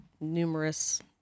numerous